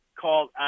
called